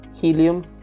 Helium